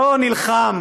לא נלחם